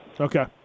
Okay